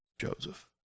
Joseph